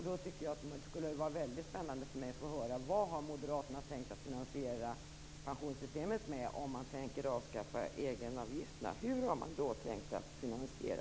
Det skulle vara väldigt spännande för mig att få höra vad moderaterna har tänkt finansiera pensionssystemet med, om man tänker avskaffa egenavgifterna.